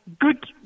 good